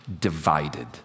divided